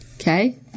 Okay